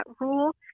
rule